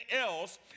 else